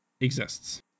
exists